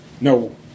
no